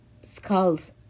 skulls